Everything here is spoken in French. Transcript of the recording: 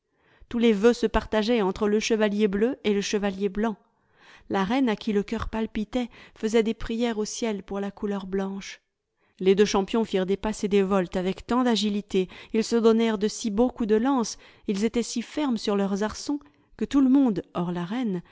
tous les voeux se partageaient entre le chevalier bleu et le chevalier blanc la reine à qui le coeur palpitait fesait des prières au ciel pour la couleur blanche les deux champions firent des passes et des voltes avec tant d'agilité ils se donnèrent de si beaux coups de lance ils étaient si fermes sur leurs arçons que tout le monde hors la reine